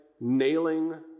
nailing